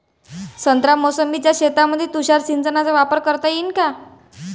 संत्रा मोसंबीच्या शेतामंदी तुषार सिंचनचा वापर करता येईन का?